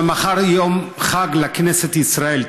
מחר יום חג לכנסת ישראל,